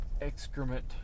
excrement